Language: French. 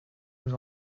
nous